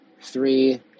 three